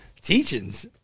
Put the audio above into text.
Teachings